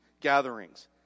gatherings